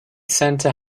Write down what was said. center